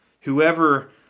Whoever